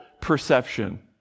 perception